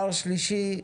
שלישית,